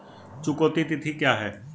चुकौती तिथि क्या है?